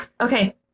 Okay